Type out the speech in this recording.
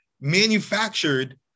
manufactured